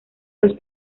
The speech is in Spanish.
los